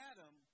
Adam